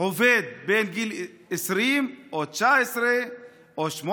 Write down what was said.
עובד בן 20 או 19 או 18?